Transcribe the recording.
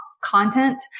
content